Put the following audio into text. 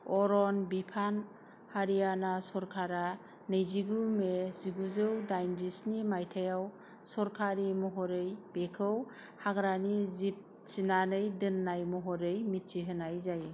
अरन बिफान हारियाणा सरकारा नैजिगु मे जिगुजौ दाइनजिस्नि मायथाइयाव सरकारि महरै बेखौ हाग्रानि जिब थिनानै दोननाय महरै मिथिहोनाय जायो